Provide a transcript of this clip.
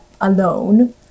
alone